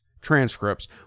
transcripts